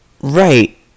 Right